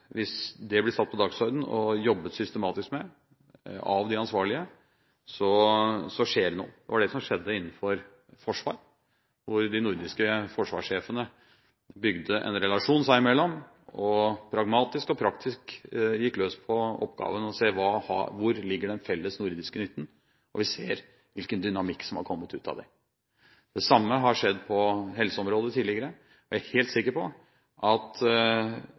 hvis det blir satt på dagsordenen og jobbet systematisk med av de ansvarlige, så skjer det noe. Det var det som skjedde innenfor forsvar, hvor de nordiske forsvarssjefene bygde en relasjon seg i mellom og pragmatisk og praktisk gikk løs på oppgaven: å se hvor den felles nordiske nytten ligger. Vi ser hvilken dynamikk som har kommet ut av det. Det samme har skjedd på helseområdet tidligere, og jeg er helt sikker på at